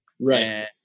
right